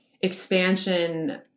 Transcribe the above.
expansion